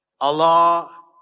Allah